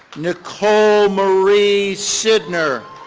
nicole marie sidner.